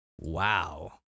wow